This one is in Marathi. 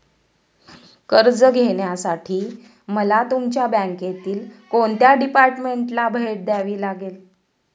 कर्ज घेण्यासाठी मला तुमच्या बँकेतील कोणत्या डिपार्टमेंटला भेट द्यावी लागेल?